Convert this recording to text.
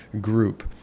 group